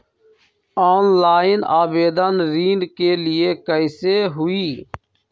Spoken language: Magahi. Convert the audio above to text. ऑनलाइन आवेदन ऋन के लिए कैसे हुई?